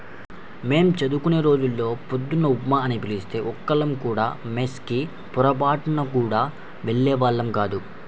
మేం చదువుకునే రోజుల్లో పొద్దున్న ఉప్మా అని తెలిస్తే ఒక్కళ్ళం కూడా మెస్ కి పొరబాటున గూడా వెళ్ళేవాళ్ళం గాదు